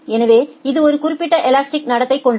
எனவே இது ஒரு குறிப்பிட்ட எலாஸ்டிக் நடத்தை கொண்டது